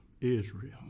Israel